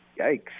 yikes